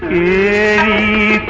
e